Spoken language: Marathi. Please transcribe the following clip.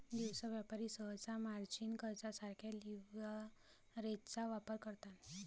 दिवसा व्यापारी सहसा मार्जिन कर्जासारख्या लीव्हरेजचा वापर करतात